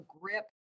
grip